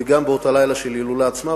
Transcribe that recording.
וגם בלילה של ההילולה עצמה,